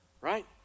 right